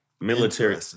military